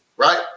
Right